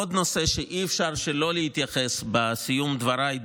עוד נושא שאי-אפשר שלא להתייחס אליו בסיום דבריי,